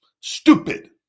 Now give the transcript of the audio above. stupid